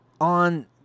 on